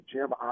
Jim